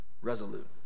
resolute